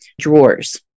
drawers